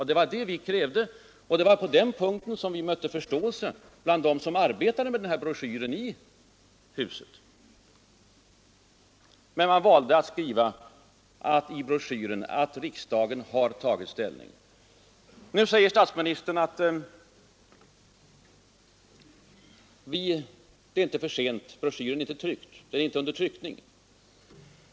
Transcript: Det var det vi krävde, och det var på den punkten vi mötte förståelse bland dem som arbetade med broschyren i kanslihuset. Men man valde att redan i broschyren utgå från att riksdagen redan tagit ställning. Nu säger statsministern att det inte är för sent — broschyren är inte under tryckning.